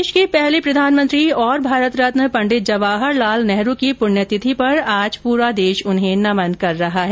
देश के पहले प्रधानमंत्री और भारत रत्न पंडित जवाहर लाल नेहरू की पुण्यतिथि पर आज पूरा देश उन्हें नमन कर रहा है